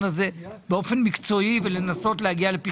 הזה באופן מקצועי ולנסות להגיע לפתרון.